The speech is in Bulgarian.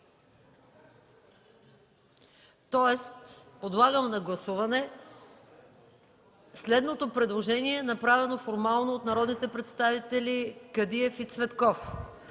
Подлагам на гласуване следното предложение, направено формално от народните представители Кадиев и Цветков: